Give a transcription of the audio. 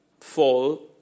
fall